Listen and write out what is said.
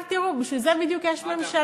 עכשיו, תראו, בשביל זה בדיוק יש ממשלה.